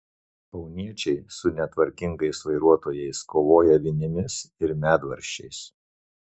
kauniečiai su netvarkingais vairuotojais kovoja vinimis ir medvaržčiais